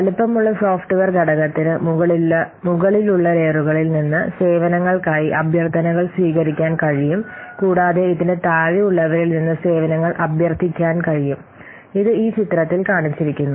വലുപ്പമുള്ള സോഫ്റ്റ്വെയർ ഘടകത്തിന് മുകളിലുള്ള ലെയറുകളിൽ നിന്ന് സേവനങ്ങൾക്കായി അഭ്യർത്ഥനകൾ സ്വീകരിക്കാൻ കഴിയും കൂടാതെ ഇതിന് താഴെയുള്ളവരിൽ നിന്ന് സേവനങ്ങൾ അഭ്യർത്ഥിക്കാൻ കഴിയും ഇത് ഈ ചിത്രത്തിൽ കാണിച്ചിരിക്കുന്നു